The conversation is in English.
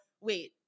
wait